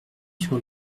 sur